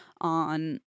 on